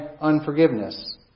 unforgiveness